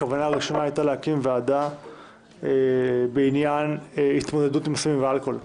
הכוונה הראשונה הייתה להקים ועדה בעניין התמודדות עם סמים ואלכוהול,